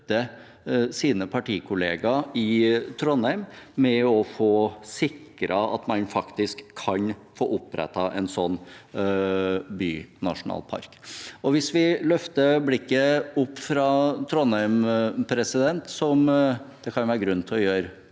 sine partikollegaer i Trondheim for å få sikret at man faktisk kan få opprettet en sånn bynasjonalpark. Hvis vi løfter blikket opp fra Trondheim, noe det kan være grunn til å gjøre